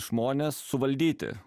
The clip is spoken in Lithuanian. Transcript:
žmones suvaldyti